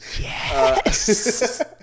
Yes